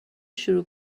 شروع